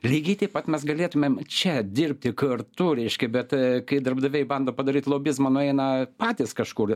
lygiai taip pat mes galėtumėm čia dirbti kartu reiškia bet kai darbdaviai bando padaryt lobizmą nueina patys kažkur